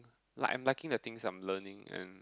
like I'm liking the things I'm learning and